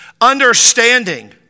Understanding